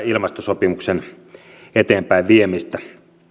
ilmastosopimuksen eteenpäinviemistä